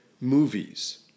movies